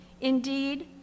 Indeed